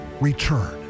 Return